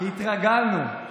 התרגלנו,